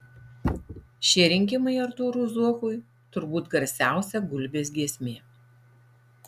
šie rinkimai artūrui zuokui turbūt garsiausia gulbės giesmė